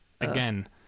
Again